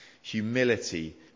humility